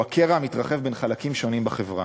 הוא הקרע המתרחב בין חלקים שונים בחברה.